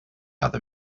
other